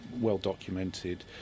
well-documented